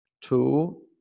two